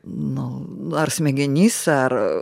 nu ar smegenyse ar